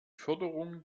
förderung